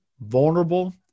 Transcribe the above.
vulnerable